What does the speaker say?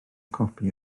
copi